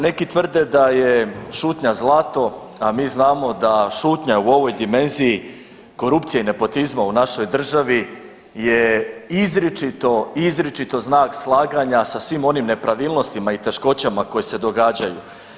Neki tvrde da je šutnja zlato, a mi znamo da šutnja u ovoj dimenziji korupcije i nepotizma u našoj državi je izričito, izričito znak slaganja sa svim onim nepravilnostima i teškoćama koje se događaju.